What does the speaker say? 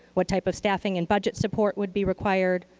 what type of staffing and budget support would be required,